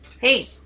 Hey